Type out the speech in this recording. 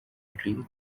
tree